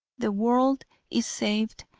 the world is saved,